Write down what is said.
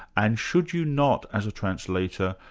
and should you not, as a translator,